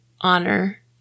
honor